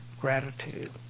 gratitude